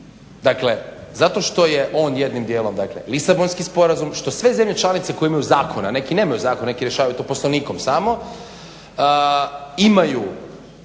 Dakle, zato što je on jednim dijelom dakle Lisabonski sporazum, što sve zemlje članice koje imaju zakone, a neki nemaju zakon, neki rješavaju to poslovnikom samo, imaju